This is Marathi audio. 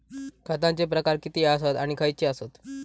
खतांचे प्रकार किती आसत आणि खैचे आसत?